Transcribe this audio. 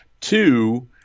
two